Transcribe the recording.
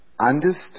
understood